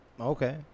Okay